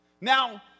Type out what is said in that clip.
Now